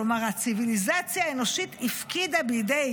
כלומר הציוויליזציה האנושית הפקידה בידי